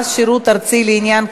התשע"ו 2015,